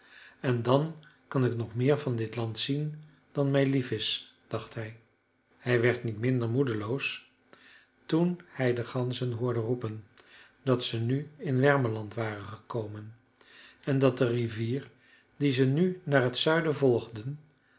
en dan kan ik nog meer van dit land zien dan mij lief is dacht hij hij werd niet minder moedeloos toen hij de ganzen hoorde roepen dat ze nu in wermeland waren gekomen en dat de rivier die ze nu naar t zuiden volgden